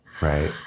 Right